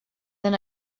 then